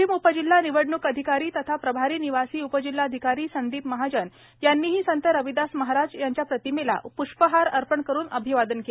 वाशिम उपजिल्हा निवडणूक अधिकारी तथा प्रभारी निवासी उपजिल्हाधिकारी संदीप महाजन यांनीही संत रविदास महाराज यांच्या प्रतिमेला प्ष्पहार अर्पण करून अभिवादन केले